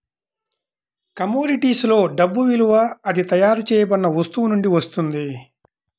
commodities లో డబ్బు విలువ అది తయారు చేయబడిన వస్తువు నుండి వస్తుంది